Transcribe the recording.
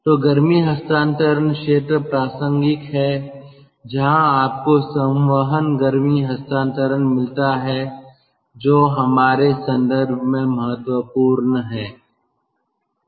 तो गर्मी हस्तांतरण क्षेत्र प्रासंगिक है जहां आपको संवहन गर्मी हस्तांतरण मिलता है जो हमारे संदर्भ में महत्वपूर्ण है